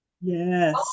Yes